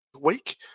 week